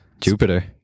Jupiter